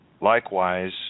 likewise